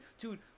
Dude